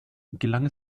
gelang